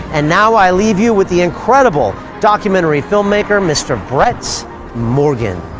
and now i leave you with the incredible documentary filmmaker, mr. brett morgen.